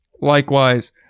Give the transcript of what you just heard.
likewise